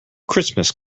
christmas